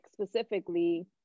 specifically